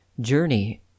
journey